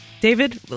David